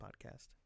podcast